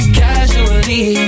casually